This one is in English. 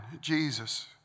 Jesus